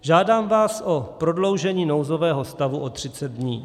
Žádám vás o prodloužení nouzového stavu o 30 dní.